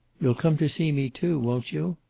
you'll come to see me, too. won't you?